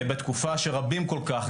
בתקופה שרבים כל כך,